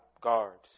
guards